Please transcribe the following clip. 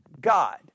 God